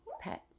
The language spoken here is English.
pets